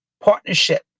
partnership